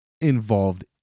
involved